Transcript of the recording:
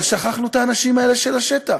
אבל שכחנו את האנשים האלה של השטח.